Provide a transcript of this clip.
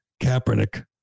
Kaepernick